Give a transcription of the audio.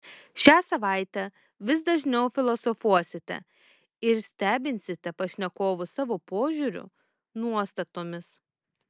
šią savaitę vis dažniau filosofuosite ir stebinsite pašnekovus savo požiūriu nuostatomis